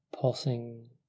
pulsing